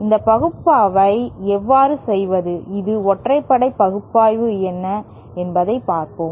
இந்த பகுப்பாய்வை எவ்வாறு செய்வது இது ஒற்றைப்படை பகுப்பாய்வு என்ன என்பதை பார்ப்போம்